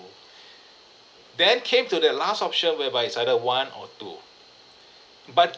then came to that last option whereby it's either one or two but